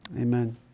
amen